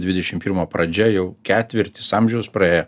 dvidešim pirmo pradžia jau ketvirtis amžiaus praėjo